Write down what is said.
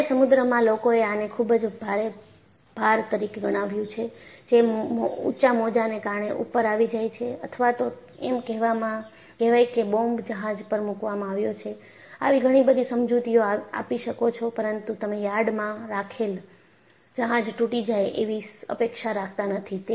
ભારે સમુદ્રમાં લોકોએ આને ખૂબ જ ભારે ભાર તરીકે ગણાવ્યું છે જે ઊંચા મોજાને કારણે ઉપર આવી જાય છે અથવા તો એમ કહેવાય કે બોમ્બ જહાજ પર મુકવામાં આવ્યો છે આવી ઘણીબધી સમજૂતીઓ આપી શકો છો પરંતુ તમે યાર્ડમાં રાખેલ જહાજ તૂટી જાય એવી અપેક્ષા રાખતા નથી